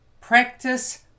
practice